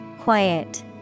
Quiet